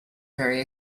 very